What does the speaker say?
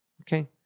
okay